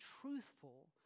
truthful